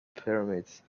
pyramids